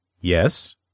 Yes